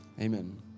Amen